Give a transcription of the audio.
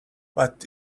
but